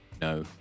No